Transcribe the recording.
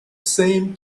same